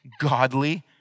godly